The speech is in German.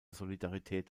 solidarität